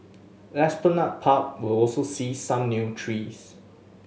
Esplanade Park will also see some new trees